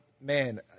man